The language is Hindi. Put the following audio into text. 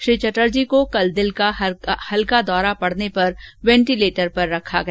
श्री चटर्जी को कल दिल का हल्का दौरा पड़ने पर वेंटीलेटर पर रखा गया